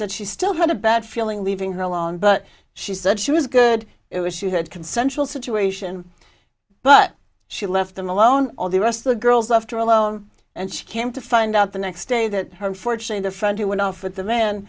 said she still had a bad feeling leaving her alone but she said she was good it was she had consensual situation but she left them alone all the rest of the girls left her alone and she came to find out the next day that her fortune and a friend who went off with the